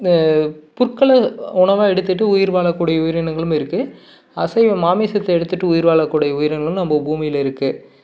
புற்களை உணவாக எடுத்துக்கிட்டு உயிர் வாழக்கூடிய உயிரினங்களும் இருக்குது அசைவம் மாமிசத்தை எடுத்துக்கிட்டு உயிர் வாழக்கூடிய உயிரினங்களும் நம்ம பூமியில் இருக்குது